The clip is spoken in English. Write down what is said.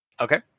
Okay